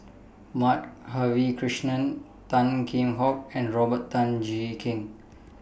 Madhavi Krishnan Tan Kheam Hock and Robert Tan Jee Keng